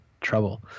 trouble